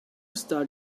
start